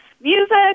music